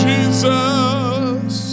Jesus